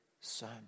son